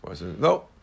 No